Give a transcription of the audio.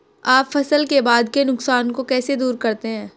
आप फसल के बाद के नुकसान को कैसे दूर करते हैं?